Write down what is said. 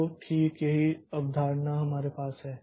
तो ठीक यही अवधारणा हमारे पास है